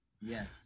Yes